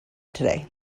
today